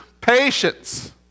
patience